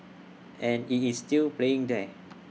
and IT is still playing there